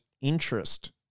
interest